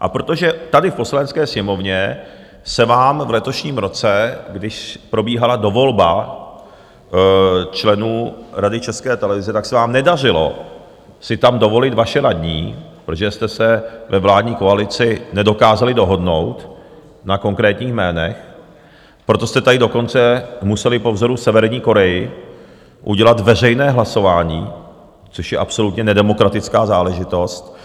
A protože tady v Poslanecké sněmovně se vám v letošním roce, když probíhala dovolba členů Rady České televize, tak se vám nedařilo si tam dovolit vaše radní, protože jste se ve vládní koalici nedokázali dohodnout na konkrétních jménech, proto jste tady museli dokonce po vzoru Severní Koreje udělat veřejné hlasování, což je absolutně nedemokratická záležitost